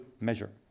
measure